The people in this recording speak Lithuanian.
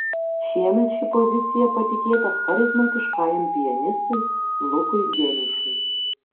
šiemet ši pozicija patikėta charizmatiškajam pianistui lukui geniušui